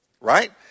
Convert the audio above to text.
Right